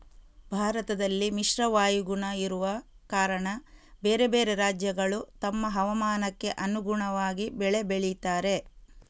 ಭಾರತದಲ್ಲಿ ಮಿಶ್ರ ವಾಯುಗುಣ ಇರುವ ಕಾರಣ ಬೇರೆ ಬೇರೆ ರಾಜ್ಯಗಳು ತಮ್ಮ ಹವಾಮಾನಕ್ಕೆ ಅನುಗುಣವಾಗಿ ಬೆಳೆ ಬೆಳೀತಾರೆ